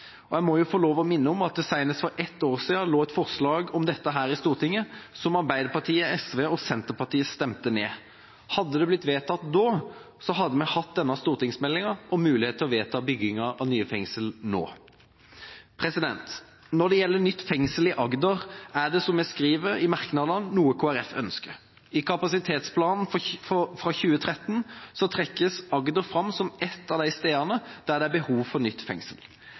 Jeg må få lov til å minne om at det senest for et år siden lå et forslag om dette i Stortinget, som Arbeiderpartiet, SV og Senterpartiet stemte ned. Hadde det blitt vedtatt da, hadde vi hatt denne stortingsmeldinga og mulighet til å vedta bygginga av nye fengsler nå. Når det gjelder nytt fengsel i Agder, er det, som vi skriver i merknadene, noe Kristelig Folkeparti ønsker. I kapasitetsplanen fra 2013 trekkes Agder fram som ett av de stedene hvor det er behov for nytt fengsel.